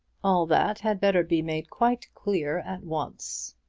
all that had better be made quite clear at once.